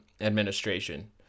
administration